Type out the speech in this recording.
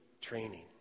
training